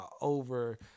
over